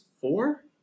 four